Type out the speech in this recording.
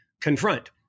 confront